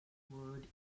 word